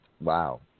Wow